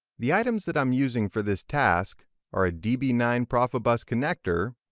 the items that i am using for this task are a d b nine profibus connector,